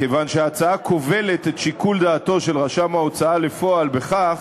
כיוון שההצעה כובלת את שיקול דעתו של רשם ההוצאה לפועל בכך